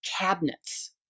cabinets